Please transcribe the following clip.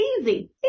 Easy